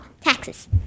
taxes